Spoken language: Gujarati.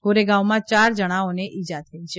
ગોરેગાંવમાં યાર જણાને ઇજાઓ થઈ છે